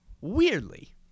weirdly